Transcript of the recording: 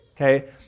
okay